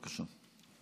בבקשה.